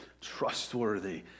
trustworthy